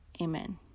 amen